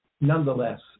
Nonetheless